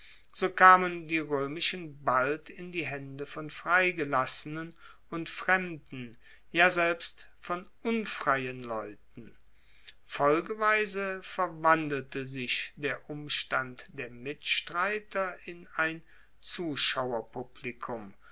so kamen die roemischen bald in die haende von freigelassenen und fremden ja selbst von unfreien leuten folgeweise verwandelte sich der umstand der mitstreiter in ein zuschauerpublikum